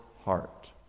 heart